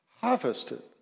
harvested